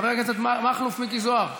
חבר הכנסת מכלוף מיקי זוהר,